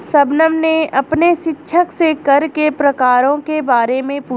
शबनम ने अपने शिक्षक से कर के प्रकारों के बारे में पूछा